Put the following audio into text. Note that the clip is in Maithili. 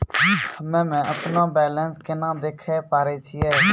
हम्मे अपनो बैलेंस केना देखे पारे छियै?